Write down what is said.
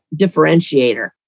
differentiator